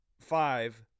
five